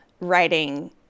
writing